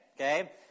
Okay